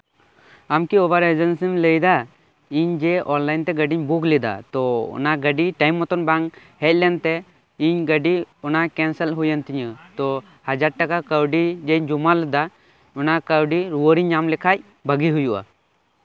ᱟᱢ ᱠᱤ ᱩᱵᱮᱨ ᱮᱡᱮᱱᱥᱤᱢ ᱞᱟᱹᱭ ᱮᱫᱟ ᱤᱧ ᱡᱮ ᱚᱱᱞᱟᱭᱤᱱ ᱛᱮ ᱜᱟᱹᱰᱤᱧ ᱵᱩᱠ ᱞᱮᱫᱟ ᱛᱚ ᱚᱱᱟ ᱜᱟᱹᱰᱤ ᱴᱟᱭᱤᱢ ᱢᱚᱛᱚᱱ ᱵᱟᱝ ᱦᱮᱡ ᱞᱮᱱ ᱛᱮ ᱤᱧ ᱜᱟᱹᱰᱤ ᱚᱱᱟ ᱠᱮᱱᱥᱮᱞ ᱦᱩᱭ ᱮᱱ ᱛᱤᱧᱟᱹ ᱛᱚ ᱦᱟᱡᱟᱨ ᱴᱟᱠᱟ ᱠᱟᱹᱣᱰᱤ ᱡᱮᱧ ᱡᱚᱢᱟ ᱞᱮᱫᱟ ᱚᱱᱟ ᱠᱟᱹᱣᱰᱤ ᱨᱩᱣᱟᱹᱲ ᱤᱧ ᱧᱟᱢ ᱞᱮᱠᱷᱟᱱ ᱵᱷᱟᱹᱜᱤ ᱦᱩᱭᱩᱜᱼᱟ